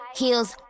heels